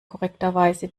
korrekterweise